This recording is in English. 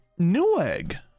newegg